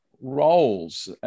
roles